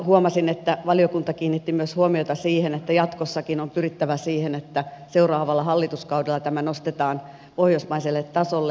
huomasin että valiokunta kiinnitti myös huomiota siihen että jatkossakin on pyrittävä siihen että seuraavalla hallituskaudella tämä nostetaan pohjoismaiselle tasolle